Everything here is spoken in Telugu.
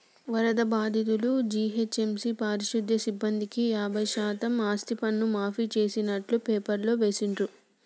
వరద బాధితులు, జీహెచ్ఎంసీ పారిశుధ్య సిబ్బందికి యాభై శాతం ఆస్తిపన్ను మాఫీ చేస్తున్నట్టు పేపర్లో వేసిండ్రు